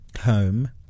Home